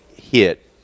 hit